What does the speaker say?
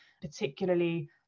particularly